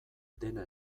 dena